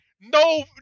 No